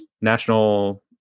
National